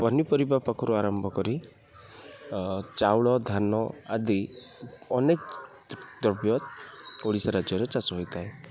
ପନିପରିବା ପାଖରୁ ଆରମ୍ଭ କରି ଚାଉଳ ଧାନ ଆଦି ଅନେକ ଦ୍ରବ୍ୟ ଓଡ଼ିଶା ରାଜ୍ୟରେ ଚାଷ ହୋଇଥାଏ